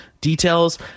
Details